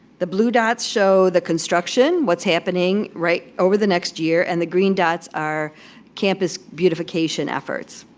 the blue dots show the construction, what's happening right over the next year, and the green dots are campus beautification efforts.